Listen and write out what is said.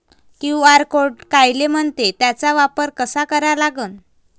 QR code कायले म्हनते, त्याचा वापर कसा करा लागन?